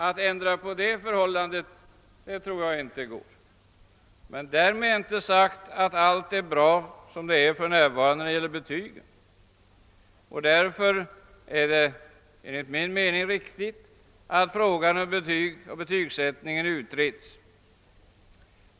Att ändra på det förhållandet tror jag inte går. Men därmed är inte sagt att allt är bra som det är för närvarande när det gäller betygen. Därför är det viktigt att även frågan om betygen utreds.